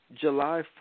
July